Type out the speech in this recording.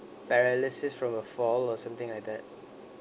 paralysis from a fall or something like that